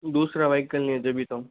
दूसरा वाइकल नहीं है तभी तो